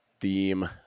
theme